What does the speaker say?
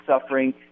suffering